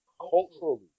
culturally